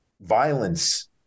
violence